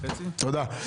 תודה.